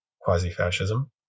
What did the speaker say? quasi-fascism